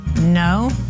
No